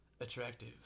attractive